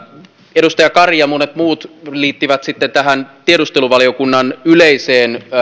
edustaja kari ja monet muut liittivät sitten tähän tiedusteluvaliokunnan yleiseen